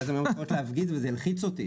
כי אז הן היו מתחילות להפגיז וזה הלחיץ אותי.